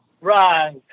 Right